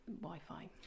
Wi-Fi